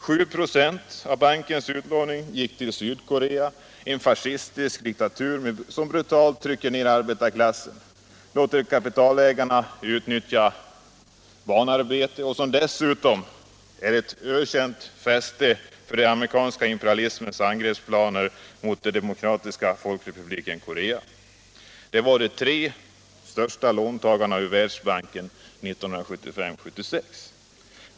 7 26 av bankens utlåning gick till Sydkorea, en fascistisk diktatur som brutalt trycker ner arbetarklassen, som låter kapitalägarna utnyttja barnarbetare och som dessutom är ett ökänt fäste för den amerikanska imperialismens angreppsplaner mot Demokratiska folkrepubliken Korea. Dessa var de tre största låntagarna ur Världsbanken 1975/76.